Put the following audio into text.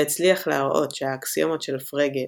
והצליח להראות שהאקסיומות של פרגה,